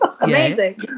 amazing